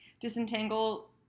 disentangle